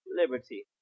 Liberty